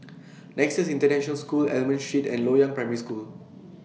Nexus International School Almond Street and Loyang Primary School